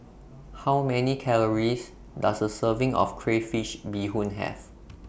How Many Calories Does A Serving of Crayfish Beehoon Have